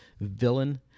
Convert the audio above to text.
villain